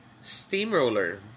steamroller